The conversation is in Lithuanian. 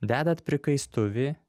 dedat prikaistuvį